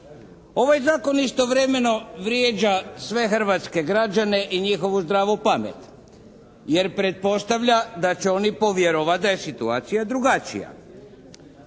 Ovaj zakon istovremeno vrijeđa sve hrvatske građane i njihovu zdravu pamet. Jer pretpostavlja da će oni povjerovati da je situacija drugačija.